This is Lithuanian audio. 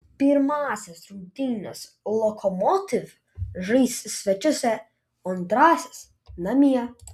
pirmąsias rungtynes lokomotiv žais svečiuose o antrąsias namie